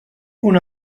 una